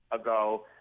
ago